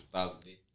Thursday